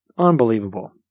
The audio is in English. unbelievable